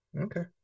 Okay